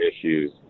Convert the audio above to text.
issues